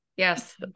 Yes